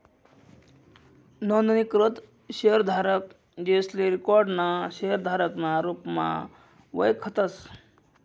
नोंदणीकृत शेयरधारक, जेसले रिकाॅर्ड ना शेयरधारक ना रुपमा वयखतस